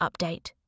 update